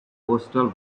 coastal